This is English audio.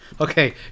Okay